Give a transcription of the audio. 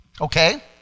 Okay